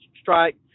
strike